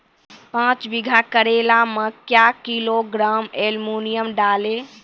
पाँच बीघा करेला मे क्या किलोग्राम एलमुनियम डालें?